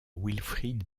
wilfried